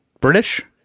british